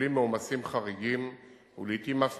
הסובלים מעומסים חריגים ולעתים אף